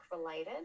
related